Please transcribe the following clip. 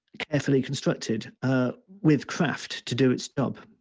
carefully constructed with craft to do it stop.